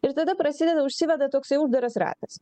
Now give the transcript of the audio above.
ir tada prasideda užsiveda toksai uždaras ratas